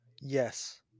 Yes